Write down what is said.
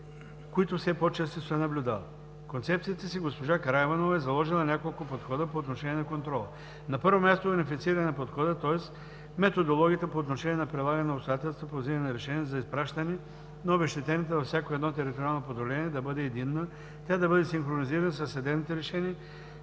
които все по-често се наблюдават. В концепцията си госпожа Караиванова е заложила няколко подхода по отношение на контрола. На първо място е унифициране на подхода, тоест методологията по отношение на прилагане на обстоятелствата по взимане на решения за изпращане на обезщетенията във всяко едно териториално поделение да бъде единна, тя да бъде синхронизирана със съдебните решения,